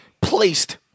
placed